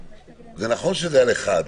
זה נכון שזה על אחד,